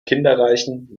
kinderreichen